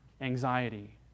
anxiety